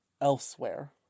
elsewhere